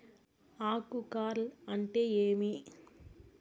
ఆకు కార్ల్ అంటే ఏమి?